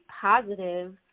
positive